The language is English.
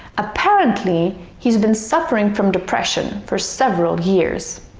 apparently, he's been suffering from depression for several years